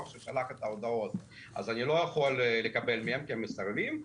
ששלח את ההודעות אז אני לא יכול לקבל מהם כי הם מסרבים.